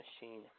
machine